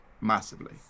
massively